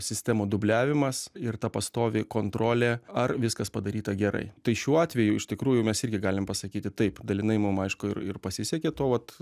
sistemų dubliavimas ir ta pastovi kontrolė ar viskas padaryta gerai tai šiuo atveju iš tikrųjų mes irgi galim pasakyti taip dalinai mum aišku ir ir pasisekė tuo vat